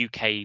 UK